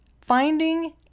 finding